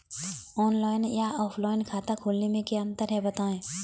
Online या offline खाता खोलने में क्या अंतर है बताएँ?